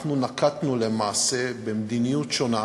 אנחנו נקטנו למעשה מדיניות שונה,